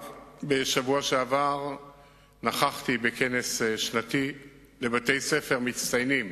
רק בשבוע שעבר נכחתי בכנס שנתי לבתי-ספר מצטיינים